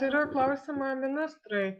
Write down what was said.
turiu klausimą ministrui